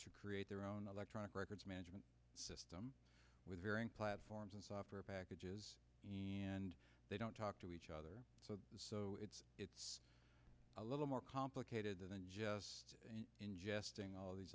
to create their own electronic records management system with varying platforms and software packages and they don't talk to each other so it's a little more complicated than just ingesting all these